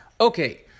Okay